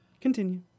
Continue